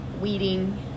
weeding